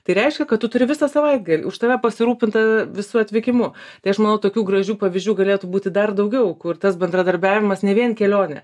tai reiškia kad tu turi visą savaitgalį už tave pasirūpinta visu atvykimu tai aš manau tokių gražių pavyzdžių galėtų būti dar daugiau kur tas bendradarbiavimas ne vien kelionė